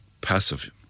passive